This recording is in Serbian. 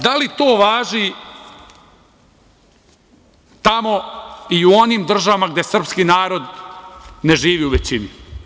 Da li to važi tamo i u onim državama gde srpski narod ne živi u većini?